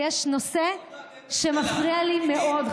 ויש נושא שמפריע לי מאוד,